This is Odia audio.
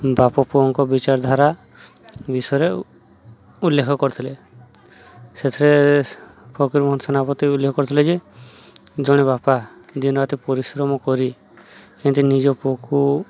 ବାପ ପୁଅଙ୍କ ବିଚାରଧାରା ବିଷୟରେ ଉଲ୍ଲେଖ କରିଥିଲେ ସେଥିରେ ଫକୀର ମୋହନ ସେନାପତି ଉଲ୍ଲେଖ କରିଥିଲେ ଯେ ଜଣେ ବାପା ଦିନରାତି ପରିଶ୍ରମ କରି କେନ୍ତି ନିଜ ପୁଅକୁ